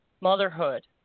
motherhood